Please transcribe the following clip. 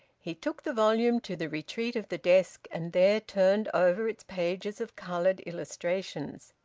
he took the volume to the retreat of the desk, and there turned over its pages of coloured illustrations.